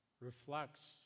reflects